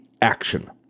action